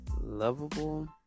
Lovable